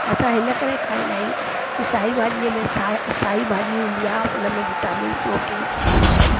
असां हिन करे खाहींदा आहियूं की साई भाॼीअ साई भाॼी हूंदी आहे उनमें बि विटामिन प्रोटीन सभु हूंदा आहिनि